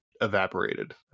evaporated